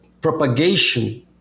propagation